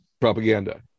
propaganda